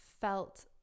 felt